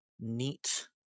neat